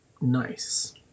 nice